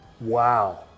wow